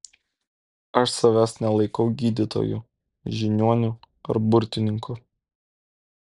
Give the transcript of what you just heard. aš savęs nelaikau gydytoju žiniuoniu ar burtininku